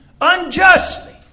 unjustly